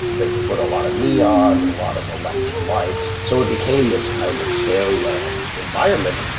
they put a lot of neon, and a lot of electric lights, so it became this kind of fairyland environment,